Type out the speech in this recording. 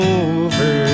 over